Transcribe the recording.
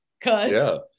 Cause